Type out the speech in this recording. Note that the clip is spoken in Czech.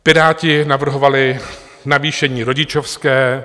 Piráti navrhovali navýšení rodičovské.